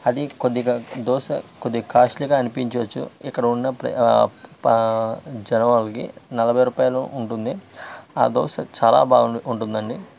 అది కొద్దిగా దోశ కొద్దిగా కాస్ట్లీగా అనిపించవచ్చు ఇక్కడ ఉన్న ప్ర ఆ జనాలకి నలభై రూపాయలు ఉంటుంది ఆ దోశ చాల బా ఉంటుందండి